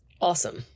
Awesome